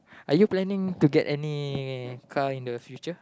are you planning to get any car in the future